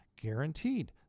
guaranteed